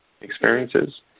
experiences